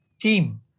team